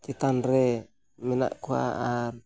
ᱪᱮᱛᱟᱱ ᱨᱮ ᱢᱮᱱᱟᱜ ᱠᱚᱣᱟ ᱟᱨ